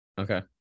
okay